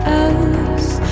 else